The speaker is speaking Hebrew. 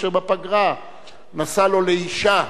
אשר בפגרה נשא לו אשה,